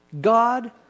God